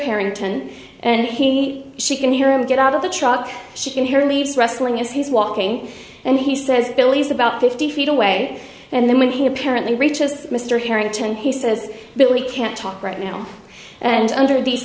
harrington and he she can hear him get out of the truck she can hear leaves rustling as he's walking and he says believes about fifty feet away and then when he apparently reaches mr harrington he says bill we can't talk right now and under the se